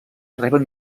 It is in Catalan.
reben